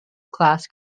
class